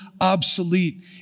obsolete